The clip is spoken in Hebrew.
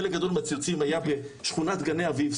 חלק גדול מהציוצים היה בשכונת גני אביב,